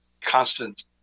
constant